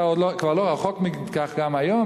אתה כבר לא רחוק מכך גם היום,